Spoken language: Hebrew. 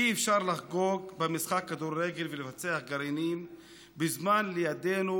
אי-אפשר לחגוג במשחק כדורגל ולפצח גרעינים בזמן שלידנו